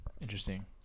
Interesting